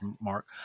mark